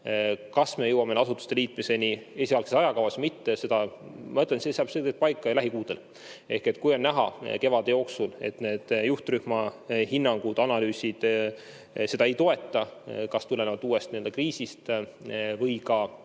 Kas me jõuame asutuste liitmiseni esialgses ajakavas või mitte, see, ma ütlen, saab paika lähikuudel. Ehk kui on näha kevade jooksul, et need juhtrühma hinnangud-analüüsid seda ei toeta, kas tulenevalt uuest kriisist või ka